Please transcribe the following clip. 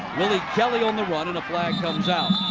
willie kelley on the run and a flag comes out.